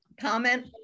Comment